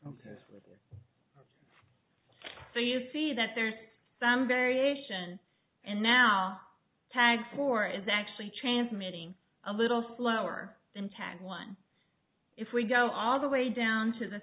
ok so you see that there's some variation and now tag four is actually chance meeting a little slower than tad one if we go all the way down to the